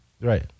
Right